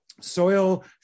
Soil